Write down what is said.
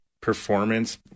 performance